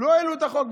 לא העלו את החוק,